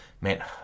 man